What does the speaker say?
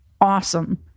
awesome